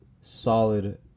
solid